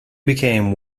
became